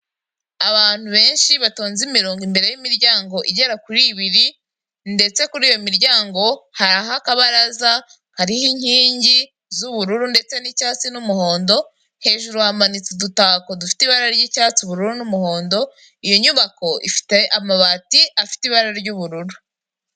Abantu benshi batonze imirongo imbere y'imiryango igera kuri ibiri, ndetse kuri iyo miryango hariho akabaraza hariho inkingi z'ubururu ndetse n'icyatsi n'umuhondo, hejuru hamanitse udutako dufite ibara ry'icyatsi ubururu n'umuhondo, iyo nyubako ifite amabati afite ibara ry'ubururu.